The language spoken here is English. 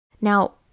Now